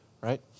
right